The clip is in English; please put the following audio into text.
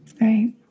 Right